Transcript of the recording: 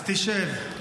אז תשב.